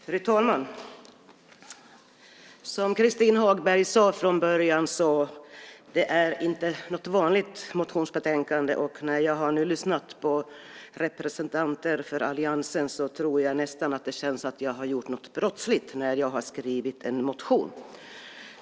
Fru talman! Som Christin Hagberg sade i början är detta inget vanligt motionsbetänkande. När jag nu har lyssnat på representanter för alliansen tror jag nästan att jag har gjort något brottsligt när jag har skrivit en motion.